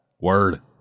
word